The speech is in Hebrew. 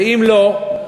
ואם לא,